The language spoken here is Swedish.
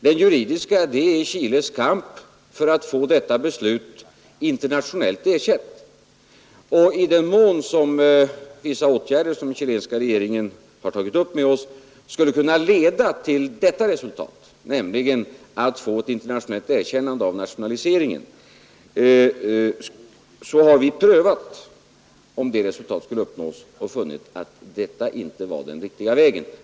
Den juridiska sidan är Chiles kamp för att få detta beslut internationellt erkänt. Vi har prövat huruvida vissa åtgärder som den chilenska regeringen tagit upp med oss skulle kunna leda till ett internationellt erkännande av nationaliseringen, och vi har funnit att detta inte vore den riktiga vägen.